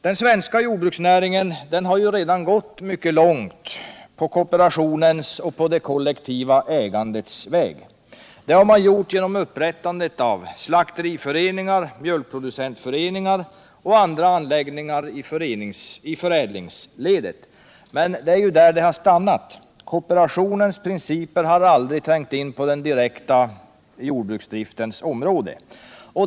Den svenska jordbruksnäringen har redan gått mycket långt på kooperationens och det kollektiva ägandets väg. Det har man gjort genom upprättandet av slakteriföreningar, mjölkproducentföreningar och andra organ i förädlingsledet. Men där har man stannat. Kooperationens principer har aldrig trängt in på den direkta jordbruksdriftens område.